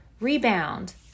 rebound